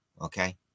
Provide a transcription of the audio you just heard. Okay